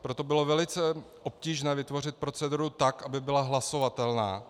Proto bylo velice obtížné vytvořit proceduru tak, aby byla hlasovatelná.